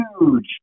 huge